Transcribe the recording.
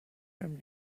from